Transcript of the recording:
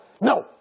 no